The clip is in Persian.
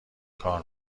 کار